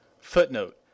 Footnote